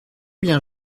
bien